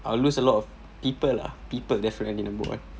I will lose a lot of people ah people definitely